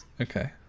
Okay